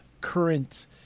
current